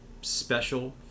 special